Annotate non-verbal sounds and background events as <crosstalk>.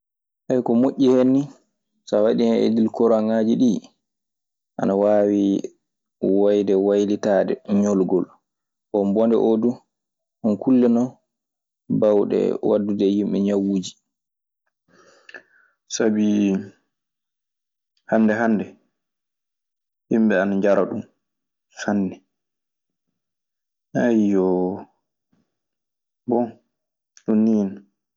<hesitation> ko moƴƴi hen nii, so a waɗii hen edikoraŋaaji ɗii, ana waawi wayde waylitaade ñolgol. Bon, bone oo duu, ɗun kulle non baawɗe waddude e yimɓe ñawuuji. Sŋbi hŋnnde hŋnnde yimɓe ana njara ɗun sanne. <hesitation> Bon, ɗun nii non.